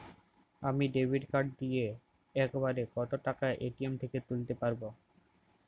আমি debit card দিয়ে এক বারে কত টাকা এ.টি.এম থেকে তুলতে পারবো?